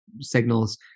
signals